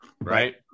right